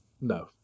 no